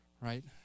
right